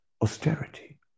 austerity